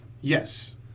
Yes